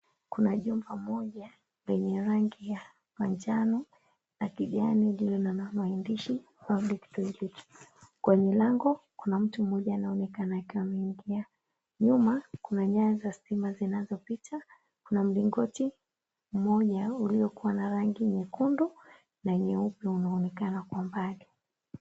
Kuna jumba moja lenye rangi ya manjano na kijani lililo na maandishi public toilet kwenye lango kuna mtu mmoja anaonekana akiwa ameingia. Nyuma kuna nyaya za stima zinazopita. Kuna mlingoti mmoja uliokuwa na rangi nyekundu na nyeupe unaonekana kwa mbali.